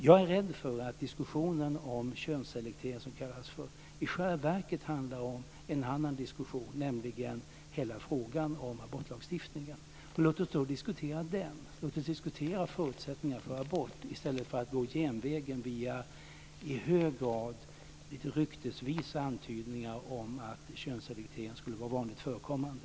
Jag är rädd för att diskussionen om könsselektering, som det kallas, i själva verket handlar om en annan diskussion, nämligen hela frågan om abortlagstiftningen. Låt oss då diskutera den. Låt oss diskutera förutsättningarna för abort i stället för att gå genvägen via i hög grad lite ryktesvisa antydningar om att könsselektering skulle vara vanligt förekommande.